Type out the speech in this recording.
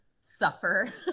suffer